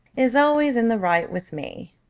is always in the right with me.